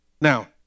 Now